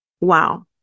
Wow